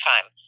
time